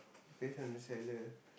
depends on the seller